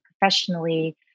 professionally